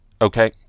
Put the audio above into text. Okay